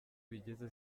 bigeze